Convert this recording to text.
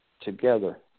together